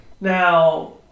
Now